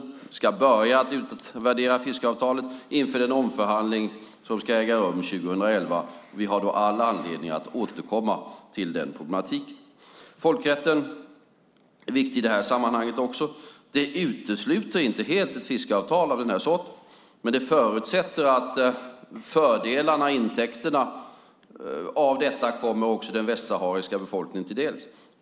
Fiskeavtalet ska utvärderas inför den omförhandling som ska äga rum 2011. Vi har då all anledning att återkomma till det problemet. Folkrätten är också viktig i det här sammanhanget. Det utesluter inte helt ett fiskeavtal av den sorten, men det förutsätter att fördelarna, intäkterna, av detta kommer också den västsahariska befolkningen till del.